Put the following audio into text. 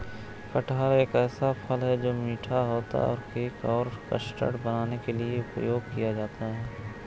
कटहल एक ऐसा फल है, जो मीठा होता है और केक और कस्टर्ड बनाने के लिए उपयोग किया जाता है